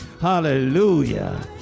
Hallelujah